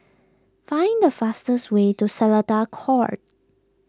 find the fastest way to Seletar Court